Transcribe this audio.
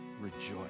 rejoice